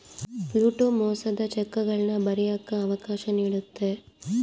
float ಮೋಸದ ಚೆಕ್ಗಳನ್ನ ಬರಿಯಕ್ಕ ಅವಕಾಶ ನೀಡುತ್ತೆ